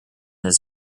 his